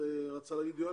רצה להגיד משהו?